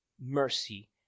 mercy